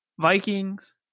Vikings